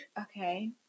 Okay